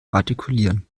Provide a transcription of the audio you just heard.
artikulieren